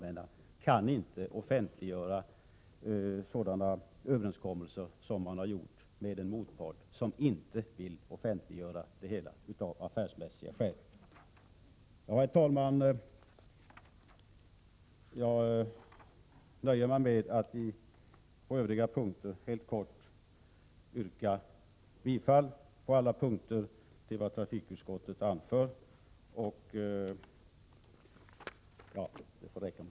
1987/88:110 allmänna —- inte kan offentliggöra överenskommelser med en motpart som av 28 april 1988 affärsmässiga skäl inte vill offentliggöra det hela. Herr talman! Jag nöjer mig med att på övriga punkter helt kort yrka bifall till vad trafikutskottet hemställt.